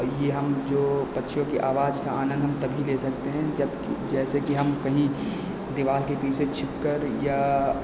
यह हम जो पक्षियों की आवाज़ का आनंद हम तभी ले सकते हैं जबकि जैसे कि हम कहीं दीवार के पीछे छिपकर या